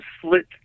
Slit